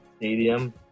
stadium